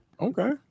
okay